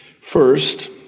First